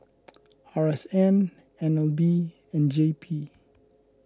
R S N N L B and J P